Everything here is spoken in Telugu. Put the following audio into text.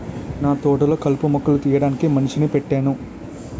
నాతోటలొ కలుపు మొక్కలు తీయడానికి మనిషిని పెట్టేను